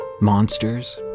Monsters